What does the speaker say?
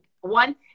one